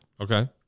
Okay